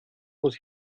muss